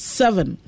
seven